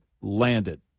landed